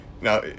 now